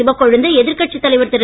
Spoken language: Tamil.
சிவக்கொழுந்து எதிர் கட்சித் தலைவர் திரு